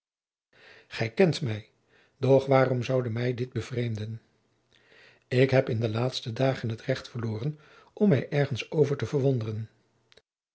kent mij doch waarom zoude mij dit bevremen ik heb in de laatste dagen het recht verloren om mij ergens over te verwonderen